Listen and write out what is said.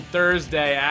Thursday